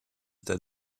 that